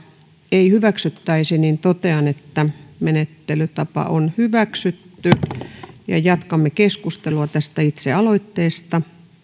ei hyväksyttäisi niin totean että menettelytapa on hyväksytty jatkamme keskustelua tästä itse aloitteesta